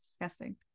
disgusting